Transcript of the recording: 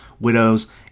widows